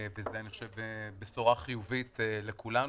וזו אני חושב בשורה חיובית לכולנו,